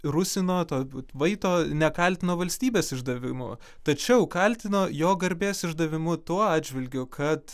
rusino to vat vaito nekaltino valstybės išdavimu tačiau kaltino jo garbės išdavimu tuo atžvilgiu kad